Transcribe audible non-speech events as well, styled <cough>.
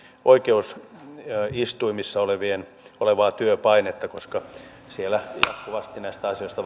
oikeusistuimissa olevaa työpainetta koska siellä jatkuvasti näistä asioista <unintelligible>